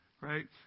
Right